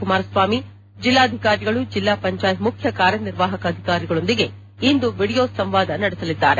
ಕುಮಾರಸ್ವಾಮಿ ಜೆಲ್ಲಾಧಿಕಾರಿಗಳು ಜೆಲ್ಲಾ ಪಂಚಾಯತ್ ಮುಖ್ಯ ಕಾರ್ಯನಿರ್ವಾಹಕ ಅಧಿಕಾರಿಗಳೊಂದಿಗೆ ಇಂದು ವಿಡಿಯೋ ಸಂವಾದ ನಡೆಸಲಿದ್ದಾರೆ